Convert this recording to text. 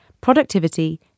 productivity